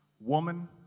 Woman